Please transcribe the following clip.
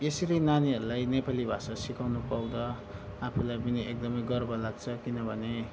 यसरी नानीहरूलाई नेपाली भाषा सिकाउनु पाउँदा आफूलाई पनि एकदमै गर्व लाग्छ किनभने